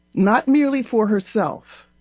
not merely for herself